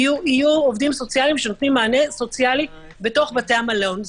יהיו עובדים סוציאליים שנותנים מענה סוציאלי בתוך בתי המלון.